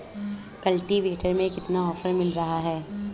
Cultivator में कितना offer मिल रहा है?